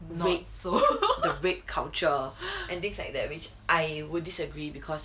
rape the rape culture and things like that which I would disagree because